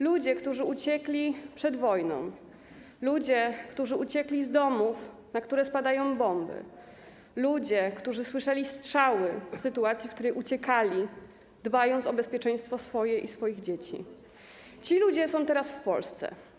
Ludzie, którzy uciekli przed wojną, ludzie, którzy uciekli z domów, na które spadają bomby, ludzie, którzy słyszeli strzały, gdy uciekali, dbając o bezpieczeństwo swoje i swoich dzieci - ci ludzie są teraz w Polsce.